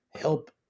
help